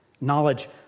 Knowledge